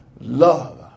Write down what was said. Love